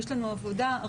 יש לנו עבודה רבה.